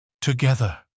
Together